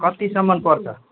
कतिसम्म पर्छ